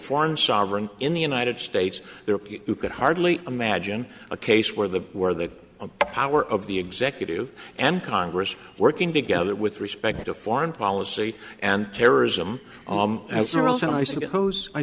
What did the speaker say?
foreign sovereign in the united states there you could hardly imagine a case where the where the power of the executive and congress working together with respect to foreign policy and terrorism has a role and i suppose i